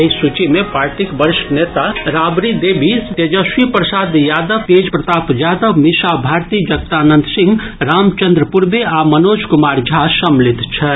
एहि सूची मे पार्टीक वरिष्ठ नेता राबड़ी देवी तेजस्वी प्रसाद यादव तेज प्रताप यादव मीसा भारती जगदानंद सिंह रामचंद्र पूर्वे आ मनोज कुमार झा सम्मिलित छथि